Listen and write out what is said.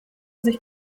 sich